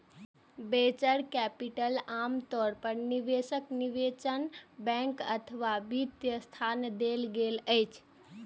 venture capital आम तौर पर निवेशक, निवेश बैंक अथवा वित्त संस्थान दै छै